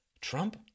Trump